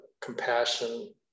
compassion